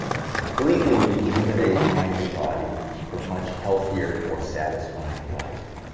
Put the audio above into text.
completely rejuvenate mind and body for a much healthier, more satisfying life.